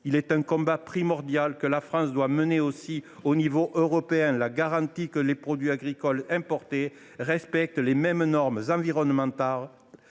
Il est un combat primordial, celui que la France doit mener également au niveau européen, afin de garantir que les produits agricoles importés respectent les mêmes normes environnementales,